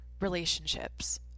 relationships